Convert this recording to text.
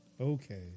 okay